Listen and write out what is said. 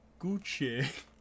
Gucci